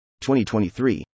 2023